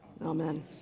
Amen